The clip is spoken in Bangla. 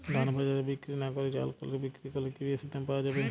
ধান বাজারে বিক্রি না করে চাল কলে বিক্রি করলে কি বেশী দাম পাওয়া যাবে?